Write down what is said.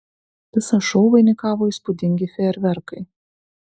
visą šou vainikavo įspūdingi fejerverkai